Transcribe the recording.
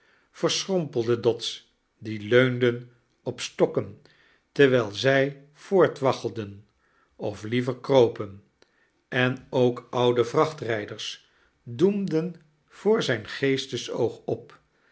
versohrompelde dots die leunden op stokken terwijl zij voortwaggelden of liever kropen en ook oude vrachtrijders doemden voor zijn geestesoog op